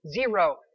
Zero